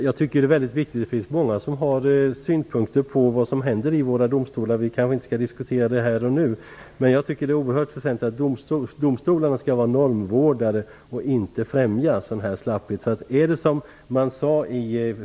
Fru talman! Det finns många som har synpunkter på vad som händer i våra domstolar. Vi kanske inte skall diskutera detta här och nu. Men jag tycker att det är oerhört väsentligt att domstolarna är normvårdare och inte främjar den här typen av slapphet.